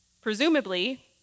Presumably